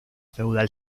feudal